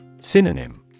Synonym